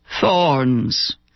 thorns